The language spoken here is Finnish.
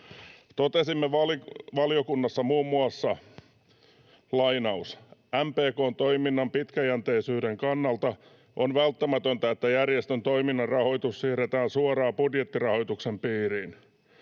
Totesimme valiokunnassa muun muassa: ”MPK:n toiminnan pitkäjänteisyyden kannalta on välttämätöntä, että järjestön toiminnan rahoitus siirretään suoran budjettirahoituksen piiriin.